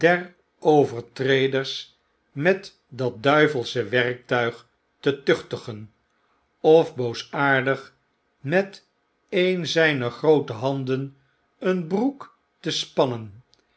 overtreders met dat duivelsche werktuig te tuchtigen of boosaardig met een zyner groote handen een broek te spannen